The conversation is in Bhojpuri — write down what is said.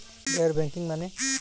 गैर बैंकिंग माने?